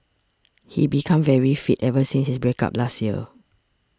he became very fit ever since his break up last year